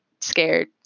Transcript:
scared